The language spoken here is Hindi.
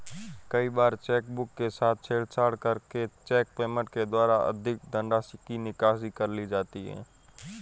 कई बार चेकबुक के साथ छेड़छाड़ करके चेक पेमेंट के द्वारा अधिक धनराशि की निकासी कर ली जाती है